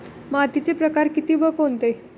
मातीचे प्रकार किती व कोणते?